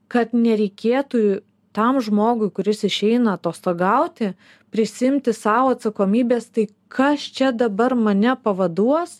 kad nereikėtų tam žmogui kuris išeina atostogauti prisiimti sau atsakomybės tai kas čia dabar mane pavaduos